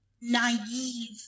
naive